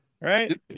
right